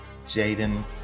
Jaden